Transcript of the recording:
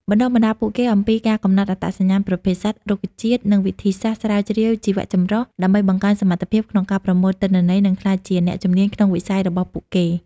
បណ្តុះបណ្តាលពួកគេអំពីការកំណត់អត្តសញ្ញាណប្រភេទសត្វ រុក្ខជាតិ និងវិធីសាស្រ្តស្រាវជ្រាវជីវៈចម្រុះ ដើម្បីបង្កើនសមត្ថភាពក្នុងការប្រមូលទិន្នន័យ និងក្លាយជាអ្នកជំនាញក្នុងវិស័យរបស់ពួកគេ។